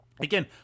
again